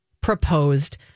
proposed